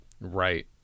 right